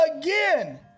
again